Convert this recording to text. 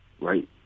right